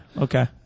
okay